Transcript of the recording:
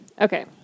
Okay